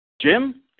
Jim